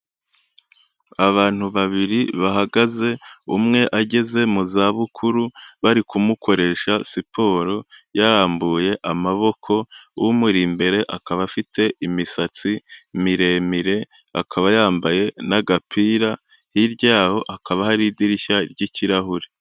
Abantu babiri bahagaze, umwe ageze mu za bukuru bari kumukoresha siporo yarambuye amaboko, umuri imbere akaba afite imisatsi miremire akaba yambaye n'agapira, hirya yaho hakaba hari idirishya ry'kirahuri.